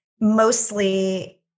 mostly